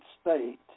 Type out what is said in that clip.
State